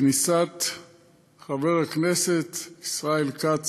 כניסת חבר הכנסת ישראל כץ,